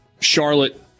Charlotte